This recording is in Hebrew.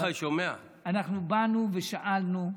אנחנו באנו ושאלנו.